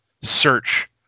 search